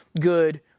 good